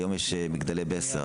היום יש מגדלי בסדר,